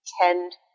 tend